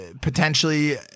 potentially